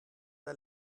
der